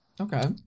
okay